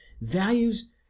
Values